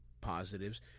positives